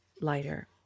lighter